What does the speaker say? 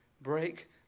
Break